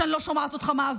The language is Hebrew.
שאני לא שומעת אותך מעביר,